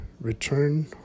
return